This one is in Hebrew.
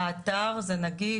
באתר, זה נגיש,